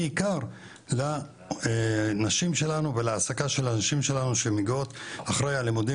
בעיקר לנשים שלנו ולהעסקה של הנשים שלנו שמגיעות אחרי הלימודים